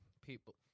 people